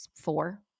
four